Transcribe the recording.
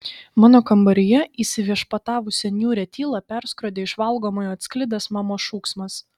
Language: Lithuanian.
mano kambaryje įsiviešpatavusią niūrią tylą perskrodė iš valgomojo atsklidęs mamos šūksmas